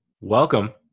Welcome